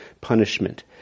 punishment